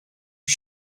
his